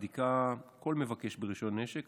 זו בדיקה של כל מבקש רישיון נשק,